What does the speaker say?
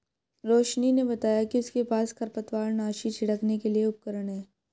रोशिनी ने बताया कि उसके पास खरपतवारनाशी छिड़कने के लिए उपकरण है